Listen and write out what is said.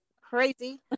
crazy